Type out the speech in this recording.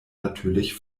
natürlich